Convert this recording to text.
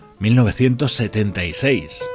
1976